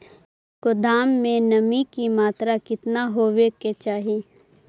गोदाम मे नमी की मात्रा कितना होबे के चाही?